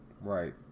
Right